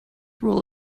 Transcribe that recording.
rule